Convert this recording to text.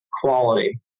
quality